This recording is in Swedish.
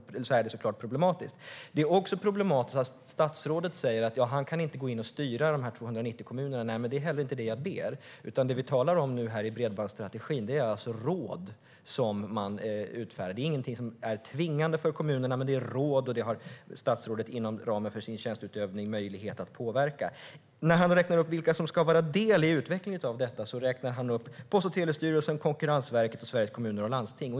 Det är såklart problematiskt, även för undertecknad. Det är också problematiskt att statsrådet säger att han inte kan gå in och styra de 290 kommunerna. Det är inte det jag ber om. Det vi talar om nu när det gäller bredbandsstrategin är råd som man utfärdar. De är inte tvingande för kommunerna. Det är råd som statsrådet har möjlighet att påverka inom ramen för sin tjänsteutövning. När statsrådet räknar upp vilka som ska vara en del i utvecklingen av detta räknar han upp Post och telestyrelsen, Konkurrensverket och Sveriges Kommuner och Landsting.